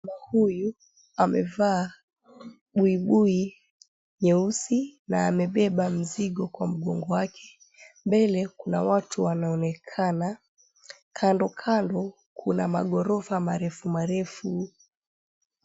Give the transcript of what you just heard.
Mama huyu amevaa buibui nyeusi na amebeba mzigo kwa mgongo wake, mbele kuna watu wanaonekana kando kando kuna maghorofa marefu marefu